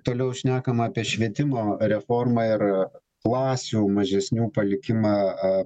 toliau šnekama apie švietimo reformą ir klasių mažesnių palikimą